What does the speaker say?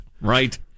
Right